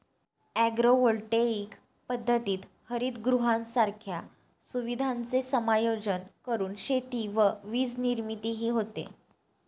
agrovoltaic पद्धतीत हरितगृहांसारख्या सुविधांचे समायोजन करून शेती व वीजनिर्मितीही होते